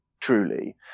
truly